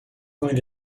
going